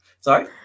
Sorry